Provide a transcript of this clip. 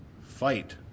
fight